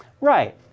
Right